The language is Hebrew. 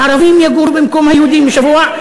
והערבים יגורו במקום היהודים שבוע,